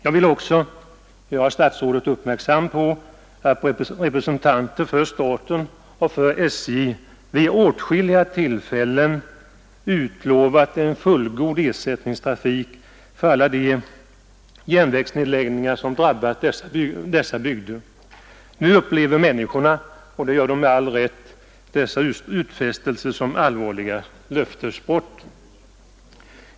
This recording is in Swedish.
Jag vill också göra statsrådet uppmärksam på att representanter för staten och för SJ vid åtskilliga tillfällen utlovat en fullgod ersättningstrafik med anledning av alla de järnvägsnedläggningar som drabbat dessa bygder. Nu upplever människorna — och det gör de med all rätt — i fråga om dessa utfästelser allvarliga löftesbrott.